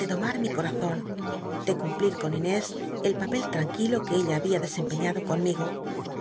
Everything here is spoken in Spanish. de domar mi cotazon de cumplir con inés el papel tranquilo que ella habia desempciíado conmigo